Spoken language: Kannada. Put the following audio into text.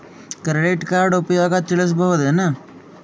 ಕ್ರೆಡಿಟ್ ಕಾರ್ಡ್ ಉಪಯೋಗ ತಿಳಸಬಹುದೇನು?